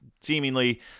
seemingly